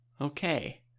Okay